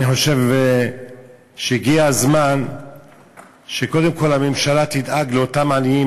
אני חושב שהגיע הזמן שקודם כול הממשלה תדאג לאותם עניים,